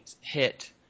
hit